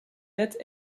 date